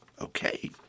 Okay